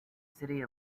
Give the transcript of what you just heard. city